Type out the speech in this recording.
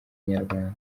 inyarwanda